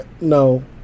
No